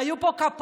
היו פה כפיים,